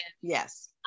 Yes